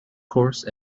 course